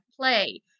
play